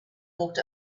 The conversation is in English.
walked